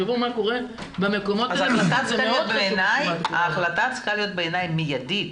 תחשבו מה קורה במקומות --- ההחלטה צריכה להיות בעיני מיידית.